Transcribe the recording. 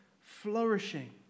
flourishing